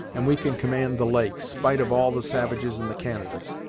and we can command the lake, spite of all the savages in the canadas.